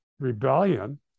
Rebellion